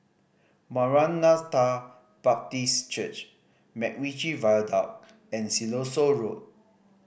Maranatha Baptist Church MacRitchie Viaduct and Siloso Road